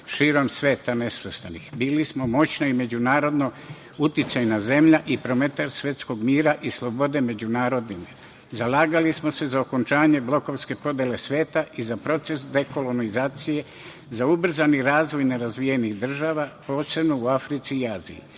širom sveta Nesvrstanih. Bili smo moćno i međunarodno uticajna zemlja i promoter svetskog mira i slobode među narodima. Zalagali smo se za okončanje blokovske podele sveta i za proces dekolonizacije, za ubrzani razvoj nerazvijenih država, posebno u Africi i Aziji.